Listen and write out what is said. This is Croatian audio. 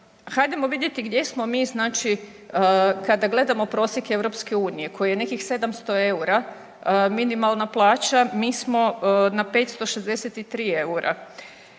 hajdemo vidjeti gdje smo mi znači kada gledamo prosjek EU koji je nekih 700 EUR-a minimalna plaća, mi smo na 563 EUR-a.